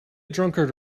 drunkard